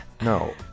No